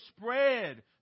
spread